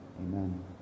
amen